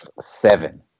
Seven